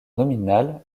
nominale